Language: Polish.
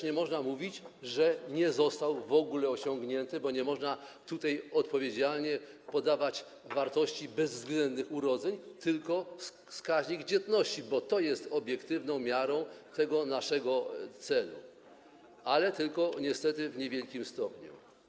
Nie można mówić, że nie został w ogóle osiągnięty, bo nie można tutaj odpowiedzialnie podawać wartości bezwzględnych dotyczących urodzeń, tylko wskaźnik dzietności, bo to jest obiektywną miarą tego naszego celu, ale niestety został osiągnięty tylko w niewielkim stopniu.